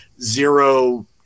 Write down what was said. zero